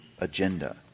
agenda